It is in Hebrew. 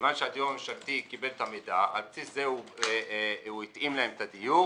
כיוון שהדיור הממשלתי קיבל את המידע על-פי זה הוא התאים להם את הדיור.